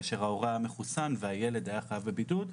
כאשר ההורה היה מחוסן והילד היה חייב בבידוד,